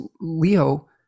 Leo